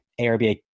ARBA